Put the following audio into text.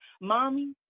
mommy